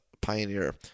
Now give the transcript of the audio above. Pioneer